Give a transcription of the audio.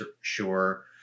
sure